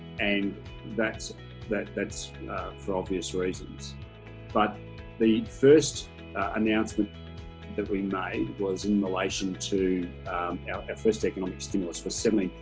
and that's that that's for obvious reasons but the first announcement that we made was in relation to our first economic stimulus for seventeen